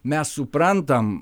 mes suprantam